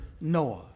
Noah